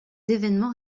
événements